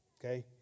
Okay